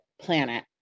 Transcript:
planet